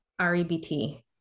REBT